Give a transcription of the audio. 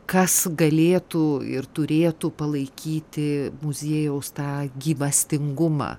kas galėtų ir turėtų palaikyti muziejaus tą gyvastingumą